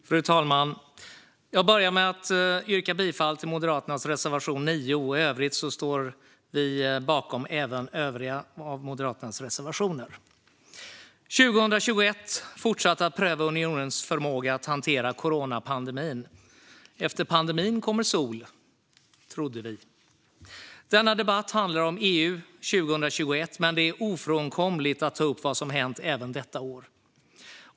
Fru talman! Jag börjar med att yrka bifall till Moderaternas reservation 9. I övrigt står vi bakom även Moderaternas övriga reservationer. År 2021 fortsatte att pröva unionens förmåga att hantera coronapandemin. Efter pandemin kommer sol - trodde vi. Denna debatt handlar om EU 2021, men det är ofrånkomligt att ta upp vad som har hänt även detta år.